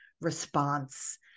response